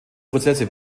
prozesse